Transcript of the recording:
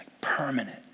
permanent